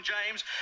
James